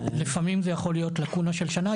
לפעמים זה יכול להיות לאקונה של שנה,